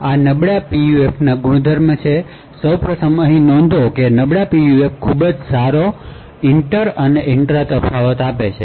આ નબળા PUFના ગુણધર્મો છેસૌપ્રથમ નોંધો કે નબળા PUFમાં ખૂબ જ સારો ઇન્ટર અને ઇન્ટ્રા તફાવતો છે